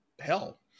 hell